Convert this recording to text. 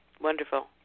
Wonderful